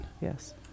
Yes